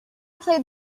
played